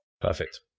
Perfect